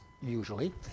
usually